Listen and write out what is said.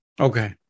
Okay